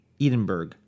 Edinburgh